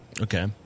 Okay